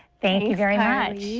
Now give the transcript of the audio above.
thank you very much.